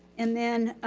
and then